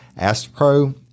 AstroPro